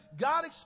God